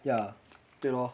ya okay lor